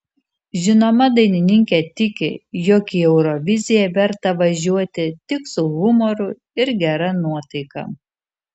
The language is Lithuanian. žinoma dainininkė tiki jog į euroviziją verta važiuoti tik su humoru ir gera nuotaika